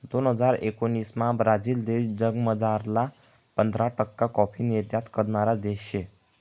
दोन हजार एकोणाविसमा ब्राझील देश जगमझारला पंधरा टक्का काॅफी निर्यात करणारा देश शे